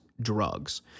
drugs